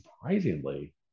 surprisingly